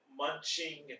munching